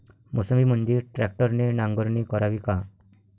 मोसंबीमंदी ट्रॅक्टरने नांगरणी करावी का?